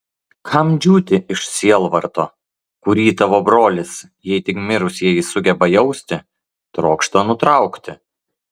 kam džiūti iš sielvarto kurį tavo brolis jei tik mirusieji sugeba jausti trokšta nutraukti